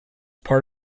part